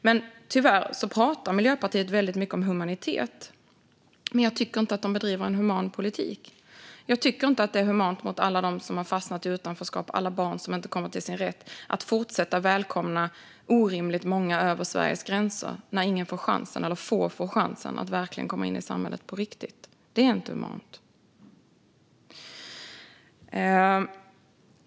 Miljöpartiet pratar väldigt mycket om humanitet, men jag tycker tyvärr inte att man bedriver en human politik. Jag tycker inte att det är humant mot alla dem som har fastnat i utanförskap och mot alla barn som inte kommer till sin rätt att fortsätta välkomna orimligt många över Sveriges gränser när ingen, eller få, får chansen att komma in i samhället på riktigt. Det är inte humant.